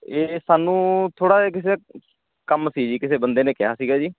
ਇਹ ਸਾਨੂੰ ਥੋੜ੍ਹਾ ਜਿਹਾ ਕਿਸੇ ਦਾ ਕੰਮ ਸੀ ਜੀ ਕਿਸੇ ਬੰਦੇ ਨੇ ਕਿਹਾ ਸੀਗਾ ਜੀ